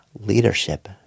leadership